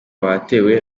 watewe